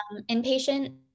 inpatient